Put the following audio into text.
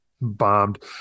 bombed